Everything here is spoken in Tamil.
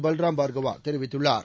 பல்ராம் பார்கவா தெரிவித்துள்ளார்